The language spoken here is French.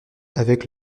avec